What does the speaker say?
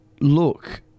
Look